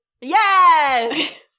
Yes